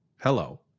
Hello